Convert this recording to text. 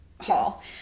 haul